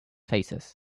faces